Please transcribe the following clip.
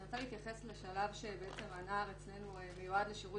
אני רוצה להתייחס לשלב שהנער אצלנו מיועד לשירות